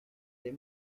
les